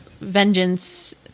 Vengeance